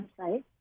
website